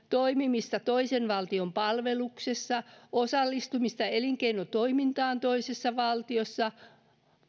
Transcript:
toimimista toisen valtion palveluksessa osallistumista elinkeinotoimintaan toisessa valtiossa